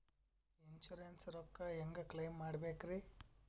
Insurance ರೊಕ್ಕ ಹೆಂಗ claim ಮಾಡ್ಬೇಕ್ರಿ?